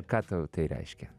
ką tau tai reiškia